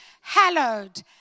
Hallowed